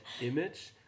image